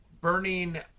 burning